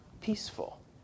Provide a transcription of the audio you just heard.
peaceful